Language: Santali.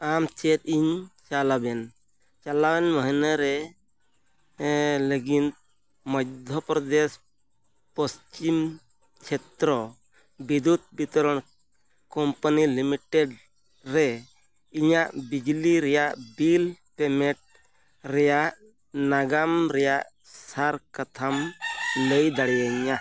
ᱟᱢᱪᱮᱫ ᱤᱧ ᱪᱟᱞᱟᱣᱮᱱ ᱪᱟᱞᱟᱣᱮᱱ ᱢᱟᱹᱦᱱᱟᱹᱨᱮ ᱞᱟᱹᱜᱤᱫ ᱢᱚᱫᱽᱫᱷᱚ ᱯᱨᱚᱫᱮᱥ ᱯᱚᱥᱪᱤᱢ ᱪᱷᱮᱛᱨᱚ ᱵᱤᱫᱽᱫᱩᱛ ᱵᱤᱛᱚᱨᱚᱱ ᱠᱳᱢᱯᱟᱱᱤ ᱞᱤᱢᱤᱴᱮᱰ ᱨᱮ ᱤᱧᱟᱹᱜ ᱵᱤᱡᱽᱞᱤ ᱨᱮᱱᱟᱜ ᱵᱤᱞ ᱯᱮᱢᱮᱱᱴ ᱨᱮᱱᱟᱜ ᱱᱟᱜᱟᱢ ᱨᱮᱱᱟᱜ ᱥᱟᱨ ᱠᱟᱛᱷᱟᱢ ᱞᱟᱹᱭ ᱫᱟᱲᱮᱭᱟᱹᱧᱟᱹ